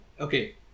Okay